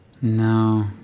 No